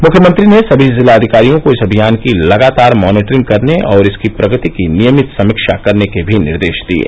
मुख्यमंत्री ने समी जिलाधिकारियों को इस अभियान की लगातार मॉनीटरिंग करने और इसकी प्रगति की नियमित समीक्षा करने के भी निर्देश दिये